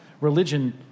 religion